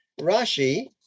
Rashi